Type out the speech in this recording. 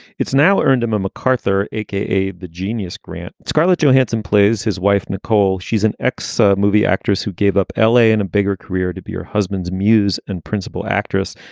it's now earned him a macarthur, a k a. the genius grant. scarlett johansson plays his wife, nicole. she's an ex movie actress who gave up l a. and a bigger career to be her husband's muse and principal actress.